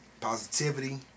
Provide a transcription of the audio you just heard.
Positivity